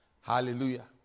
hallelujah